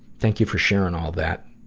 thank you for sharing all that.